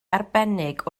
arbennig